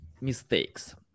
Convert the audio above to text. mistakes